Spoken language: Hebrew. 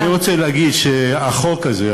אני רוצה להגיד שהחוק הזה,